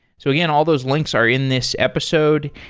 so, again, all those links are in this episode,